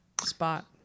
spot